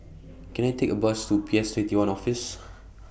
Can I Take A Bus to P S twenty one Office